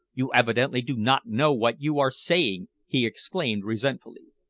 you evidently do not know what you are saying, he exclaimed resentfully.